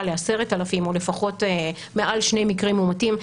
ל-10,000 או לפחות מעל שני מקרים מאומתים,